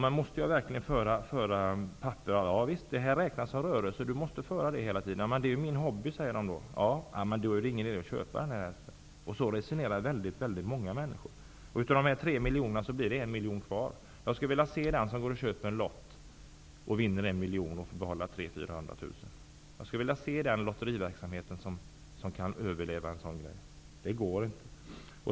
Måste jag verkligen föra papper? Javisst, det här räknas som rörelse, du måste bokföra hela tiden. Men det är min hobby, säger den här personen. Då är det ingen idé att köpa den här hästen. Så resonerar många människor. Av de 3 miljonerna blir det 1 miljon kvar. Jag skulle vilja se den som går och köper en lott, och om han vinner en miljon bara får behålla 300 000 -- 400 000. Jag skulle vilja se den lotteriverksamhet som kan överleva en sådan sak. Det går inte.